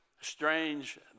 strange